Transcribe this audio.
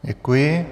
Děkuji.